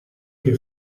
che